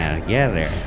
Together